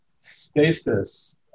stasis